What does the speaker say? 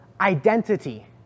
identity